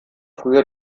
früher